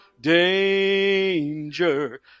danger